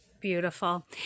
Beautiful